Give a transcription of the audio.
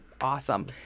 awesome